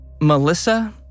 Melissa